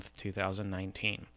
2019